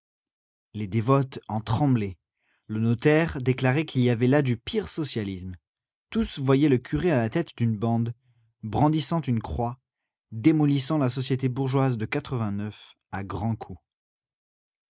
les dévotes en tremblaient le notaire déclarait qu'il y avait là du pire socialisme tous voyaient le curé à la tête d'une bande brandissant une croix démolissant la société bourgeoise de à grands coups